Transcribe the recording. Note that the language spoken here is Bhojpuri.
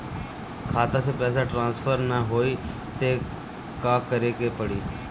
खाता से पैसा ट्रासर्फर न होई त का करे के पड़ी?